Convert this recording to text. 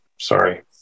Sorry